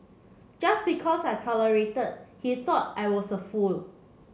just because I tolerated he thought I was a fool